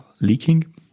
leaking